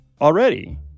already